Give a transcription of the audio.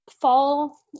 Fall